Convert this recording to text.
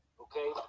Okay